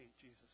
Jesus